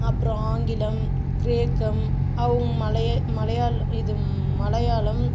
அப்புறம் ஆங்கிலம் கிரேக்கம் அவங்க மலைய மலையா இது மலையாளம்